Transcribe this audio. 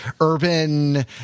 urban